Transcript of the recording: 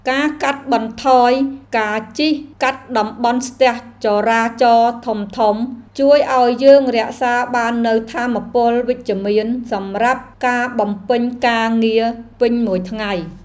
ការកាត់បន្ថយការជិះកាត់តំបន់ស្ទះចរាចរណ៍ធំៗ ជួយឱ្យយើងរក្សាបាននូវថាមពលវិជ្ជមានសម្រាប់ការបំពេញការងារពេញមួយថ្ងៃ។